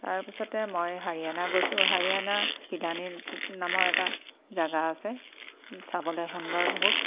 তাৰপিছতে মই হাৰিয়ানা গৈছোঁ হাৰিয়ানা ইলানী নামৰ এটা জেগা আছে চাবলৈ সুন্দৰ বহুত